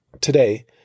Today